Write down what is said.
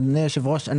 אדוני היושב-ראש,